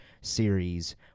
series